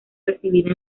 recibida